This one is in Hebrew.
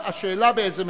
יגיע, השאלה באיזה ממשלה.